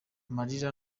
amarira